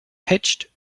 pitched